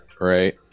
right